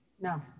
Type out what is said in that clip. No